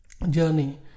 journey